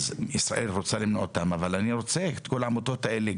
ישראל רוצה למנוע מהם לבוא אבל אני רוצה את כל העמותות האלה,